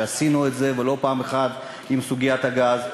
ועשינו את זה ולא פעם אחת בסוגיית הגז,